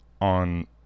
on